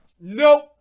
Nope